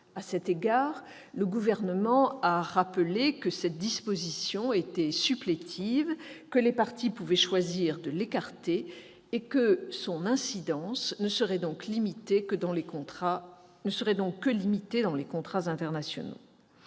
À cet égard, le Gouvernement a rappelé que cette disposition était supplétive, que les parties pouvaient choisir de l'écarter et que son incidence ne serait donc que limitée dans les contrats internationaux.